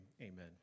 amen